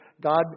God